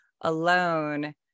alone